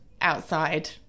outside